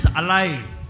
alive